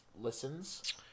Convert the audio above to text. listens